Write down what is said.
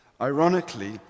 Ironically